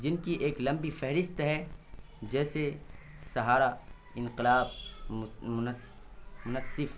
جن کی ایک لمبی فہرست ہے جیسے سہارا انقلاب منصف